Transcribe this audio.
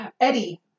Eddie